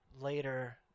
later